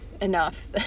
enough